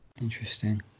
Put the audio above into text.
Interesting